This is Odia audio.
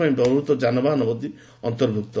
ପାଇଁ ବ୍ୟବହୃତ ଯାନବାହାନ ଆଦି ଅନ୍ତର୍ଭୁକ୍ତ